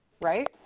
right